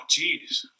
jeez